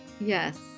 Yes